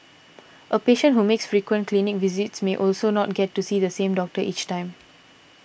a patient who makes frequent clinic visits may also not get to see the same doctor each time